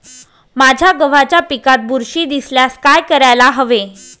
माझ्या गव्हाच्या पिकात बुरशी दिसल्यास काय करायला हवे?